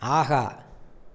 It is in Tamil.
ஆஹா